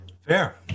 Fair